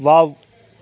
wow